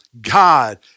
God